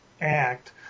act